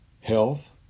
health